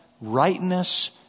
rightness